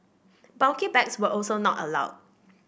bulky bags were also not allowed